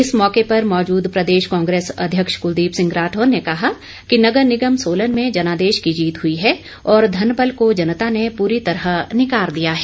इस मौके पर मौजूद प्रदेश कांग्रेस अध्यक्ष कुलदीप सिंह राठौर ने कहा कि नगर निगम सोलन में जनादेश की जीत हई है और धनबल को जनता ने पूरी तरह नकार दिया है